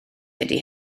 dydy